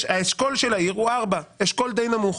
שהאשכול של העיר הוא 4, שזה אשכול די נמוך.